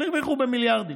אבל הרוויחו במיליארדים.